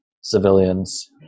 civilians